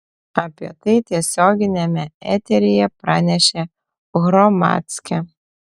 apie tai tiesioginiame eteryje pranešė hromadske